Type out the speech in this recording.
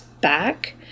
back